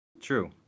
True